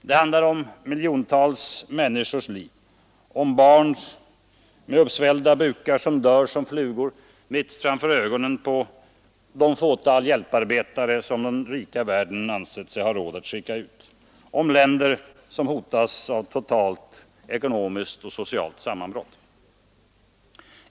Det handlar om miljontals människors liv, om barn med uppsvällda bukar som dör som flugor mitt framför ögonen på de fåtal hjälparbetare som den rika världen ansett sig ha råd att skicka ut, om länder som hotas av totalt ekonomiskt och socialt sammanbrott.